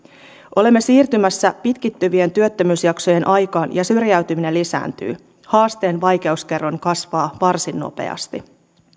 olemme siirtymässä pitkittyvien työttömyysjaksojen aikaan ja syrjäytyminen lisääntyy haasteen vaikeuskerroin kasvaa varsin nopeasti